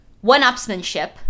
one-upsmanship